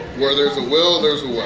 where there's a will there's